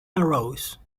arose